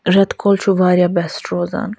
رٮ۪تہٕ کول چھِ واریاہ بٮ۪سٹ روزان